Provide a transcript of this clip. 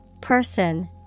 Person